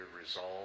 resolve